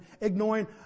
ignoring